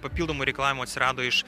papildomų reikalavimų atsirado iš